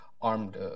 armed